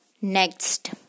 next